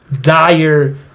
dire